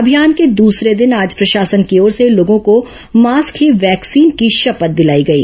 अभियान के दूसरे दिन आज प्रशासन की ओर से लोगों को मास्क ही वैक्सीन की शपथ दिलाई गई